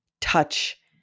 touch